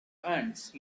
ants